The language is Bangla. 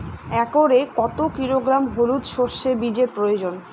একরে কত কিলোগ্রাম হলুদ সরষে বীজের প্রয়োজন?